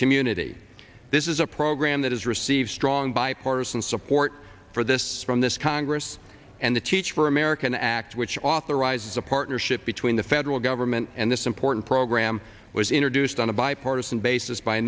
community this is a program that has received strong bipartisan support for this from this congress and the teach for america act which authorizes a partnership between the federal government and this important program was introduced on a bipartisan basis by